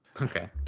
okay